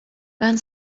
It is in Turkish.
ben